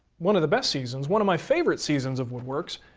one of the best seasons, one of my favorite seasons of wood works.